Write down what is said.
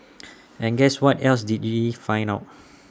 and guess what else did we find out